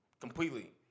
completely